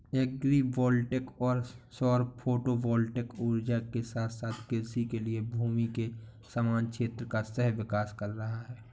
agri voltaic सौर photovoltaic ऊर्जा के साथ साथ कृषि के लिए भूमि के समान क्षेत्र का सह विकास कर रहा है